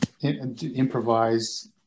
improvise